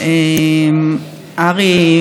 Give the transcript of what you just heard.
ארי,